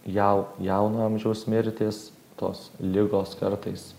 jau jauno amžiaus mirtys tos ligos kartais